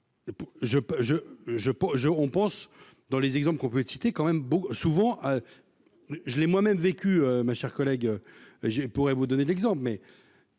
on pense dans les exemples qu'on peut citer quand même souvent, je l'ai moi-même vécu, ma chère collègue, je pourrais vous donner l'exemple, mais